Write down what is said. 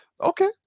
okay